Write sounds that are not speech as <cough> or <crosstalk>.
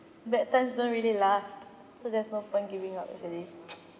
bad times don't really last so there's no point giving up actually <noise>